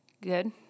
Good